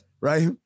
right